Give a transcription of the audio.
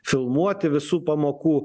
filmuoti visų pamokų